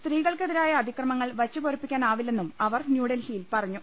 സ്ത്രീകൾക്കെതിരായ അതിക്രമങ്ങൾ വച്ചുപൊറുപ്പിക്കാനാവില്ലെന്നും അവർ ന്യൂഡൽഹിയിൽ പറഞ്ഞു